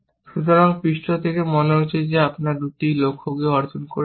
সুতরাং পৃষ্ঠ থেকে মনে হচ্ছে আমরা এই দুটি লক্ষ্য অর্জন করেছি